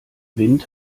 wind